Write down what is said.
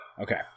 okay